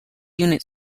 unit